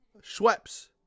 Schweppes